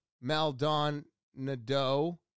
Maldonado